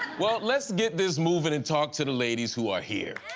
well let's get this moving and talk to the ladies who are here.